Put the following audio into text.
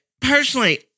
personally